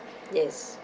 yes